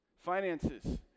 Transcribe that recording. Finances